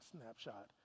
snapshot